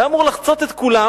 היה אמור לחצות את כולם.